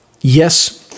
Yes